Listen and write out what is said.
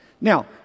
Now